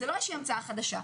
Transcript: זו לא איזושהי המצאה חדשה.